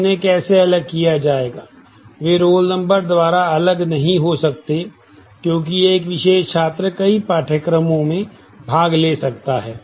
तो उन्हें कैसे अलग किया जाएगा वे रोल नंबर द्वारा अलग नहीं हो सकते क्योंकि एक विशेष छात्र कई पाठ्यक्रम में भाग ले सकता है